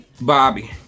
Bobby